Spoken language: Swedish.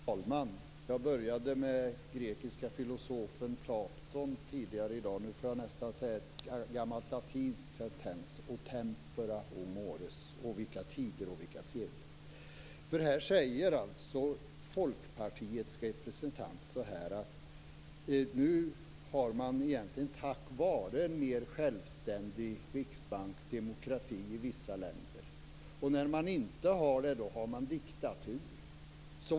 Fru talman! Jag började tidigare i dag med den grekiska filosofen Platon. Nu får jag säga en gammal latinsk sentens: O tempora, o mores! O tider, o seder! Folkpartiets representant säger att det är tack vare en självständig riksbank som det finns demokrati i vissa länder. När det inte är så är det diktatur.